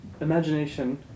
imagination